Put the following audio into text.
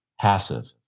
passive